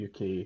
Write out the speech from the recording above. uk